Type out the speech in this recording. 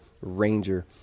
Ranger